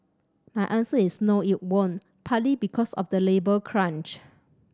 my answer is no it won't partly because of the labour crunch